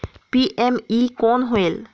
PME कौन होयल?